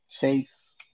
Chase